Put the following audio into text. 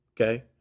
okay